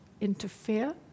interfere